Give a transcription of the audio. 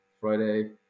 Friday